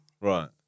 Right